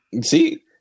See